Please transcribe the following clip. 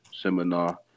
seminar